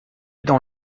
dans